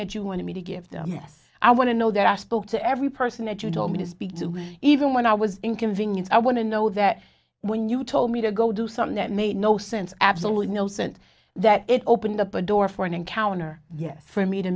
that you wanted me to give them yes i want to know there are spoke to every person that you told me to speak to even when i was inconvenient i want to know that when you told me to go do something that made no sense absolutely no sense that it opened up a door for an encounter yes for me to